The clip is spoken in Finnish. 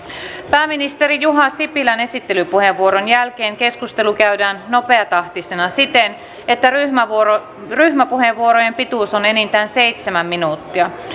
pääministeri juha sipilän esittelypuheenvuoron jälkeen keskustelu käydään nopeatahtisena siten että ryhmäpuheenvuorojen pituus on enintään seitsemän minuuttia